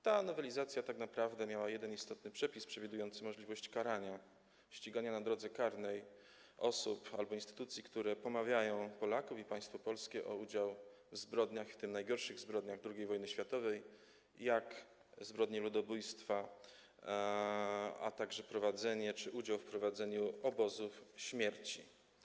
Ta nowelizacja tak naprawdę zawierała jeden istotny przepis przewidujący możliwość karania, ścigania na drodze karnej osób albo instytucji, które pomawiają Polaków i państwo polskie o udział w zbrodniach, w tym w najgorszych zbrodniach II wojny światowej, jak zbrodnie ludobójstwa, a także prowadzenie czy udział w prowadzeniu obozów śmierci.